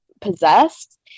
possessed